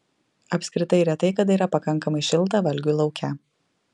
apskritai retai kada yra pakankamai šilta valgiui lauke